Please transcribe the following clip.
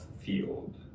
field